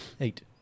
Eight